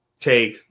take